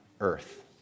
earth